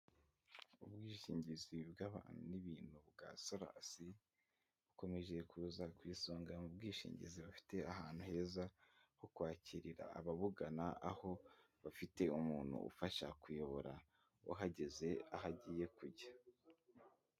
Ubwishingizi bw'abantu n'ibintu bwa sorasi, bukomeje kuza ku isonga mu bwishingizi bufite ahantu heza ho kwakirira ababugana, aho bafite umuntu ufasha kuyobora uhageze aho agiye kujya.